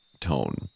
tone